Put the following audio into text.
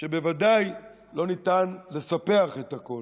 שבוודאי לא ניתן לספח את הכול.